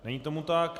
Není tomu tak.